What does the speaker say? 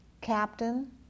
captain